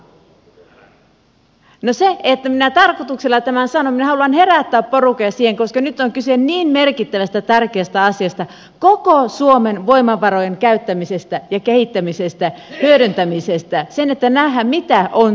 minä tarkoituksella tämän sanon minä haluan herättää porukan siihen koska nyt on kyse niin merkittävästä tärkeästä asiasta koko suomen voimavarojen käyttämisestä ja kehittämisestä hyödyntämisestä että nähdään mitä on suomi